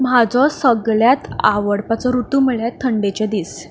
म्हजो सगळ्यांत आवडपाचो रुतू म्हणल्यार थंडेचे दीस